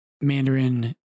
Mandarin